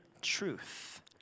truth